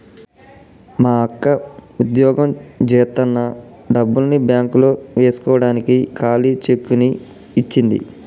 మా అక్క వుద్యోగం జేత్తన్న డబ్బుల్ని బ్యేంకులో యేస్కోడానికి ఖాళీ చెక్కుని ఇచ్చింది